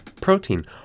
protein